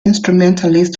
instrumentalist